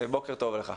בוקר טוב לך.